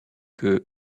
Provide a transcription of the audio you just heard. que